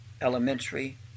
elementary